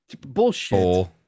bullshit